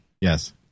Yes